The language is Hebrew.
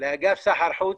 לאגף סחר חוץ,